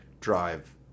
drive